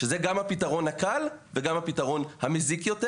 שזה גם הפתרון הקל וגם הפתרון המזיק יותר